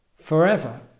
forever